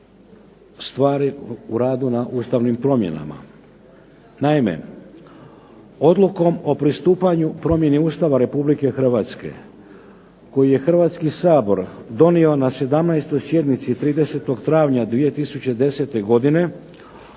stvari u radu na ustavnim promjenama.